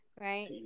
right